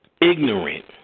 ignorant